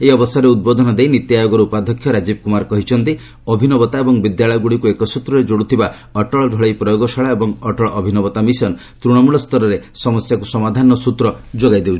ଏହି ଅବସରରେ ଉଦ୍ବୋଧନ ଦେଇ ନୀତି ଆୟୋଗର ଉପାଧକ୍ଷ ରାଜୀବ କୁମାର କହିଛନ୍ତି ଅଭିନବତା ଏବଂ ବିଦ୍ୟାଳୟଗୁଡିକକୁ ଏକ ସୂତ୍ରରେ ଯୋଡ଼ୁଥିବା ଅଟଳ ଡଳେଇ ପ୍ରୟୋଗଶାଳା ଏବଂ ଅଟଳ ଅଭିନବତା ମିଶନ ତୃଣମୂଳ ସ୍ତରରେ ସମସ୍ୟାକୁ ସମାଧାନର ସୂତ୍ର ଯୋଗାଇ ଦେଉଛି